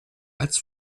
als